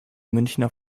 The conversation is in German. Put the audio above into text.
münchner